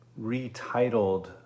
retitled